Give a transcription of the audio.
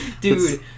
dude